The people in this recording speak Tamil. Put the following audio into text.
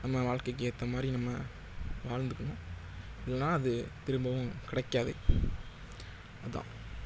நம்ம வாழ்கைக்கு ஏற்ற மாதிரி நம்ம வாழ்ந்துக்கணும் இல்லைனா அது திரும்பவும் கிடைக்காது அதான்